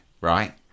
right